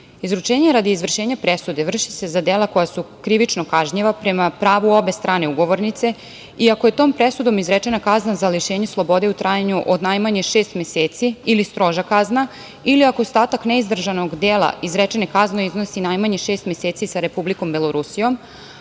Izručenje radi izvršenja presude vrši se za dela koja su krivično kažnjiva prema pravu obe strane ugovornice i ako je tom presudom izrečena kazna za lišenje slobode u trajanju od najmanje šest meseci ili stroža kazna ili ako je ostatak neizdržanog dela izrečene kazne najmanje šest meseci sa Republikom Belorusijom,